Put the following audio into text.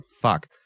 Fuck